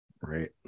Right